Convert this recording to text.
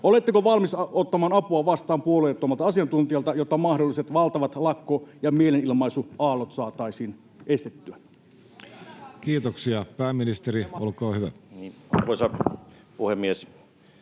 Oletteko valmis ottamaan apua vastaan puolueettomalta asiantuntijalta, jotta mahdolliset valtavat lakko- ja mielenilmaisuaallot saataisiin estettyä? — Kiitoksia. Kiitoksia. — Pääministeri, olkaa hyvä. Arvoisa puhemies!